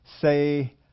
say